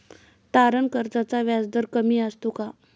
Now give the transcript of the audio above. तारण कर्जाचा व्याजदर कमी असतो का?